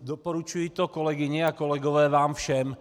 Doporučuji to, kolegyně a kolegové, vám všem.